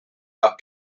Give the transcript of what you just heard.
about